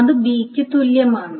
അത് ബിക്ക് തുല്യമാണ്